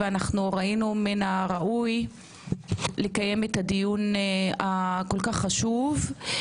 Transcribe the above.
ומין הראוי ראינו לקיים את הדיון הכול כך חשוב.